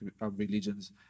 religions